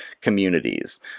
communities